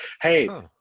Hey